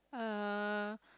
uh